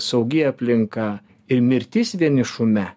saugi aplinka ir mirtis vienišume